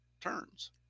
turns